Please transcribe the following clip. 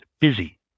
busy